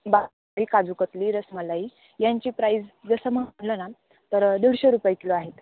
बा काजू कतली रसमलाई यांची प्राईस जसं मग म्हटलं ना तर दोडशे रुपये किलो आहेत